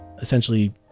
essentially